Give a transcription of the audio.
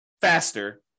faster